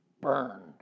burned